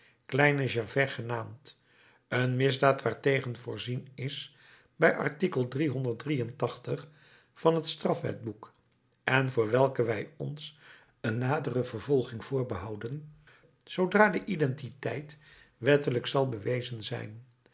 kleine gervais genaamd een misdaad waartegen voorzien is bij art van het strafwetboek en voor welke wij ons een nadere vervolging voorbehouden zoodra de identiteit wettelijk zal bewezen zijn